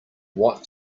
what